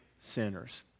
sinners